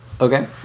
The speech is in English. Okay